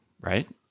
right